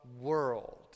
world